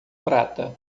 prata